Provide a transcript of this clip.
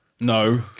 no